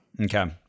Okay